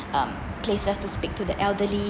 um places to speak to the elderlies